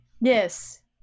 yes